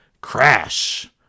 Crash